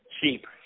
cheap